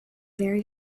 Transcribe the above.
very